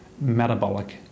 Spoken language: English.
metabolic